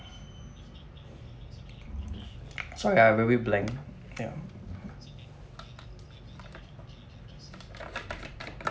sorry I very blank